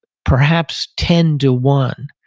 perhaps ten to one.